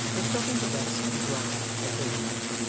and stopping to rest and growl occasionally.